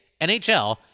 NHL